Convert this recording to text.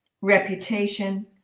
reputation